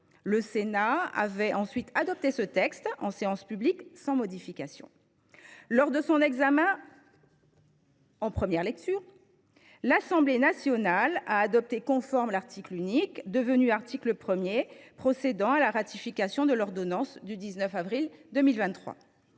Le Sénat avait ensuite adopté ce texte en séance publique sans modification. En première lecture, l’Assemblée nationale a quant à elle adopté conforme l’article unique, devenu article 1, procédant à la ratification de l’ordonnance du 19 avril 2023.